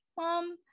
mom